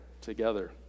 together